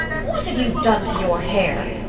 what have you done to your hair?